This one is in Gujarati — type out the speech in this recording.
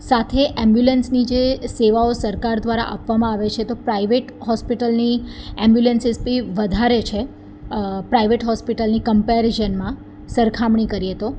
સાથે એમ્બ્યુલન્સની જે સેવાઓ સરકાર દ્વારા આપવામાં આવે છે તો પ્રાઇવેટ હોસ્પિટલની એમ્બ્યુલન્સીસ બી વધારે છે પ્રાઇવેટ હોસ્પિટલની કમ્પેરીઝનમાં સરખામણી કરીએ તો